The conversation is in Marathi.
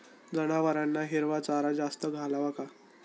जनावरांना हिरवा चारा जास्त घालावा का?